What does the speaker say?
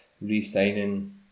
re-signing